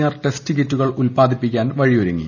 R test കിറ്റുകൾ ഉല്പാദിപ്പിക്കാൻ വഴിയൊരുങ്ങി